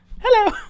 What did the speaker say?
Hello